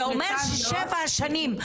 זה אומר ששבע שנים,